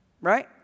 Right